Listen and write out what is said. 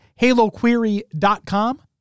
haloquery.com